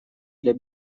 для